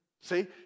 See